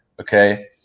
Okay